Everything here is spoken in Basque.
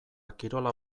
kirola